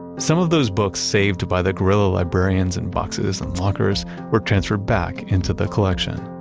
some of those books saved by the guerrilla librarians in boxes and lockers were transferred back into the collection.